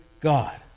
God